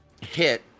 hit